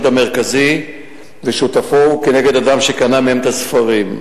המרכזי ושותפו וכנגד אדם שקנה מהם את הספרים.